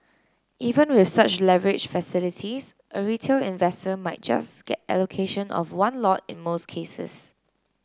even with such leverage facilities a retail investor might just get allocation of one lot in most cases